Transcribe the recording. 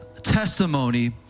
testimony